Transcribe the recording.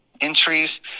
entries